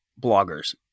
bloggers